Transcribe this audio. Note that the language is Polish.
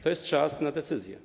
To jest czas na decyzje.